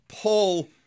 pull